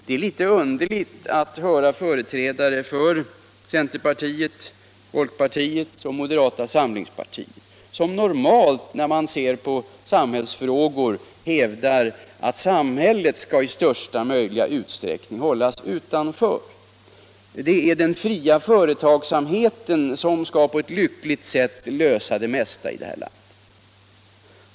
Det är litet underligt att höra uttalandena i dag från företrädare för centerpartiet, folkpartiet och moderata samlingspartiet — som normalt, när de ser på samhällsfrågor, hävdar att samhället skall i största möjliga utsträckning hållas utanför, att det är den fria företagsamheten som skall på ett lyckligt sätt lösa det mesta av problemen här i landet.